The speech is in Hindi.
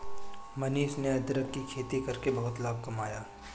मनीष ने अदरक की खेती करके बहुत लाभ कमाया